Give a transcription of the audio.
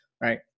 right